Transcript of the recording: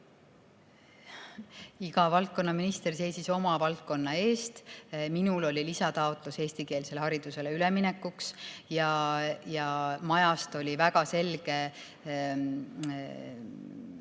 Iga valdkonna minister seisis oma valdkonna eest. Minul oli lisataotlus eestikeelsele haridusele üleminekuks. Ja majas oli väga selge mure,